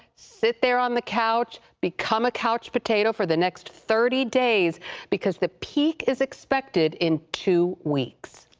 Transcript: sit there on the couch. become a couch potato for the next thirty days because the peak is expected in two weeks.